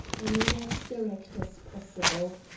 i made as direct as possible.